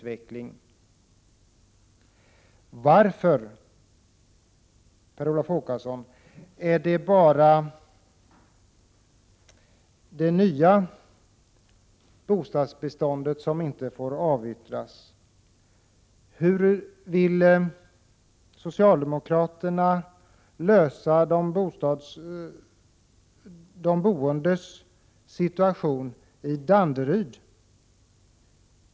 Varför, Per Olof Håkansson, är det bara det nya bostadsbeståndet som inte får avyttras? Hur vill socialdemokraterna lösa de boendes situation i Danderyd?